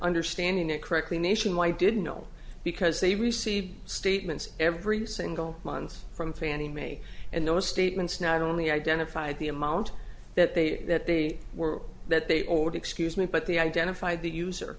understanding it correctly nationwide didn't know because they received statements every single month from fannie mae and those statements not only identified the amount that they that they were that they owed excuse me but the identify the user